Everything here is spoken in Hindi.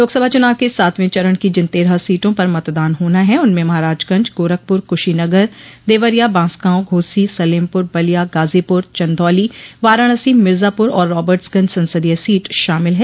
लोकसभा चुनाव के सातवें चरण की जिन तेरह सीटों पर मतदान होना है उनमें महराजगंज गोरखपुर कुशीनगर देवरिया बांसगांव घोसी सलेमपुर बलिया गाजोपुर चन्दौली वाराणसी मिर्जापुर और राबर्ट्सगंज संसदीय सीट शामिल है